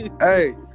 Hey